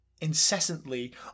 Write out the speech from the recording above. incessantly